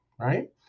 right